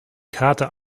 kater